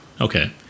okay